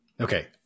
Okay